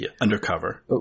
Undercover